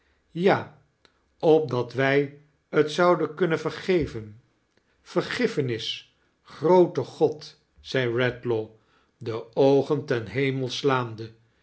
ja opdat wij t zouden kunnen verge ven vergiffenis groote god zei redlaw de oogen ten hemel slaande